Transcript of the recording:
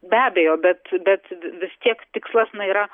be abejo bet bet vis tiek tikslas na yra